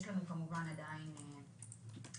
יש לנו כמובן עדיין חסרים,